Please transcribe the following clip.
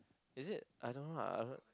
is it I don't know ah I